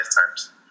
lifetimes